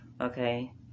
okay